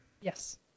Yes